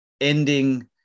ending